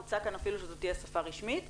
הוצע כאן אפילו שזו תהיה שפה רשמית,